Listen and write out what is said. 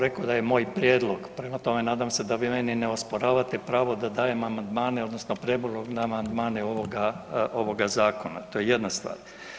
Ja sam ovo rekao da je moj prijedlog, prema tome, nadam se da vi meni ne osporavate pravo da dajem amandmane odnosno prijedlog na amandmane ovoga zakona, to je jedna stvar.